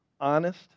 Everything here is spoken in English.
honest